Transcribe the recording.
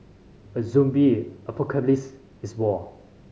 a zombie apocalypse is war